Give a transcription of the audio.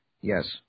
yes